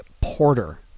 Porter